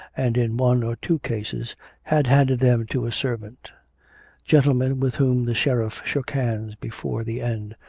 and in one or two cases had handed them to a servant gentlemen with whom the sheriff shook hands before the end,